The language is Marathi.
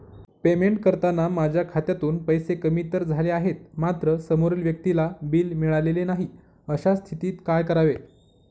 पेमेंट करताना माझ्या खात्यातून पैसे कमी तर झाले आहेत मात्र समोरील व्यक्तीला बिल मिळालेले नाही, अशा स्थितीत काय करावे?